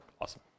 Awesome